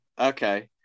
Okay